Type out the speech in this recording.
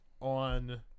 on